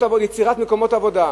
יצירת מקומות עבודה.